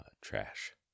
trash